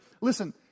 Listen